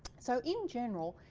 so in general,